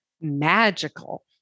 Magical